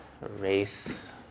race